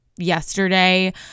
Yesterday